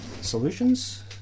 Solutions